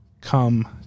come